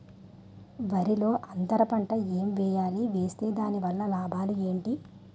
వరిలో అంతర పంట ఎం వేయాలి? వేస్తే దాని వల్ల లాభాలు ఏంటి?